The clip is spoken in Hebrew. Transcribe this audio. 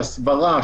הסברה,